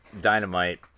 dynamite